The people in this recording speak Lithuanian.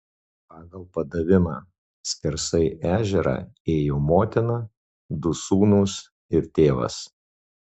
pagal padavimą skersai ežerą ėjo motina du sūnūs ir tėvas